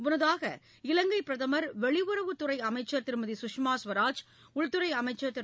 முன்னதாக இலங்கைப் பிரதமர் வெளியுறவுத் துறை அமைச்சர் திருமதி சுஷ்மா ஸ்வராஜ் உள்துறை அமைச்சர் திரு